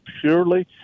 purely